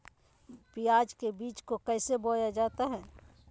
प्याज के बीज को कैसे बोया जाता है?